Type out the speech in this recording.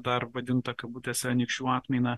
dar vadinta kabutėse anykščių atmaina